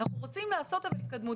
אנחנו רוצים לעשות התקדמות.